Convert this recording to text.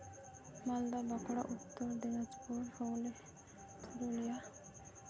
Malda Bankura Uttar Dinajpur Hooghly Purulia